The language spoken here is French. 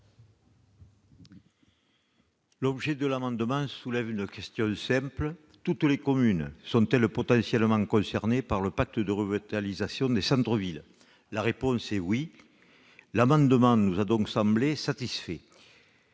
? L'amendement soulève une question simple : toutes les communes sont-elles potentiellement concernées par le pacte de revitalisation des centres-villes ? La réponse est « oui ». L'amendement nous a donc semblé satisfait.